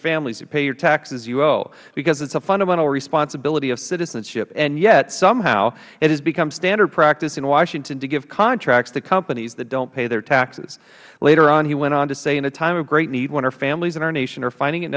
families you pay your taxes you owe because it is a fundamental responsibility of citizenship yet somehow it has become standard practice in washington to give contracts to companies that dont pay their taxes later on he went on to say in a time of great need when our families and our nation are finding